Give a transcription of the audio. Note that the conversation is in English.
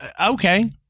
Okay